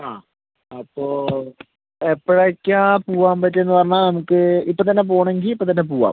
ആ അപ്പൊൾ എപ്പഴേക്കാ പോകാൻ പറ്റുന്നതെന്ന് പറഞ്ഞാൽ നമുക്ക് ഇപ്പത്തന്നെ പോകണമെങ്കിൽ ഇപ്പം തന്നെ പോകാം